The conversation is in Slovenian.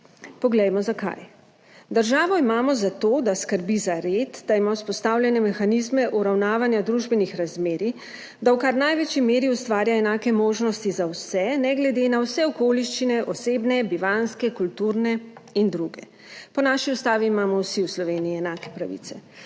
Poglejmo, zakaj? Državo imamo za to, da skrbi za red, da ima vzpostavljene mehanizme uravnavanja družbenih razmerij, da v kar največji meri ustvarja enake možnosti za vse, ne glede na vse okoliščine, osebne, bivanjske, kulturne in druge. Po naši Ustavi imamo vsi v Sloveniji enake pravice.